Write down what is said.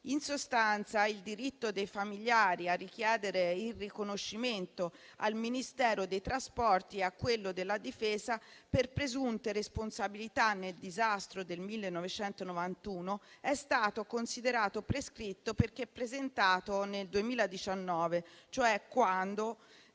In sostanza, il diritto dei familiari a richiedere il riconoscimento al Ministero dei trasporti e a quello della difesa per presunte responsabilità nel disastro del 1991 è stato considerato prescritto perché presentato nel 2019, cioè quando